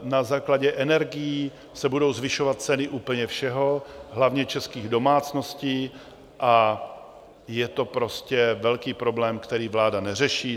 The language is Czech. Na základě energií se budou zvyšovat ceny úplně všeho, hlavně českých domácností a je to prostě velký problém, který vláda neřeší.